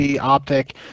OpTic